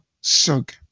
Sug